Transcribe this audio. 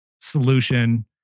solution